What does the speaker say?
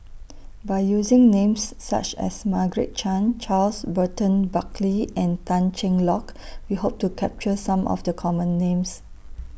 By using Names such as Margaret Chan Charles Burton Buckley and Tan Cheng Lock We Hope to capture Some of The Common Names